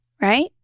Right